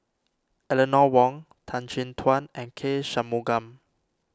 Eleanor Wong Tan Chin Tuan and K Shanmugam